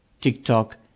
TikTok